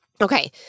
Okay